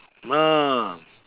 mm ah